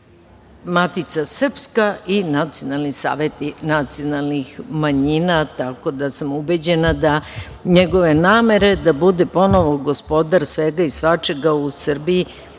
Matica srpska i nacionalni saveti nacionalnih manjina. Tako da sam ubeđena da njegove namere da bude ponovo gospodar svega i svačega u Srbiji